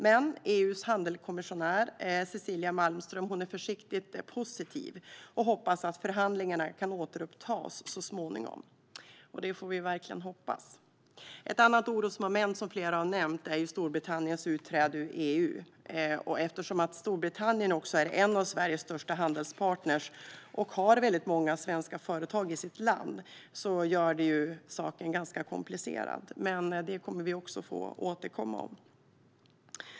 Men EU:s handelskommissionär Cecilia Malmström är försiktigt positiv och hoppas att förhandlingarna kan återupptas så småningom, och det får vi verkligen hoppas. Ett annat orosmoment, som flera tidigare har nämnt, är förstås Storbritanniens utträde ur EU. Eftersom Storbritannien är en av Sveriges största handelspartner och många svenska företag finns i landet blir saken ganska komplicerad. Detta får vi återkomma till.